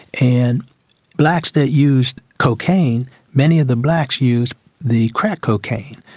and blacks that used cocaine, many of the blacks used the crack cocaine,